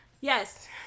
Yes